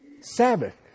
Sabbath